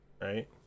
right